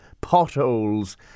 potholes